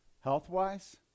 health-wise